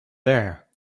there